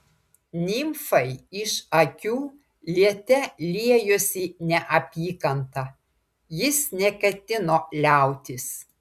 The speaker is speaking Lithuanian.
nimfai iš akių liete liejosi neapykanta jis neketino liautis